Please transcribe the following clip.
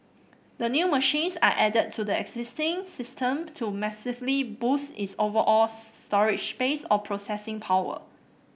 the new machines are added to the existing system to massively boost its overall storage space or processing power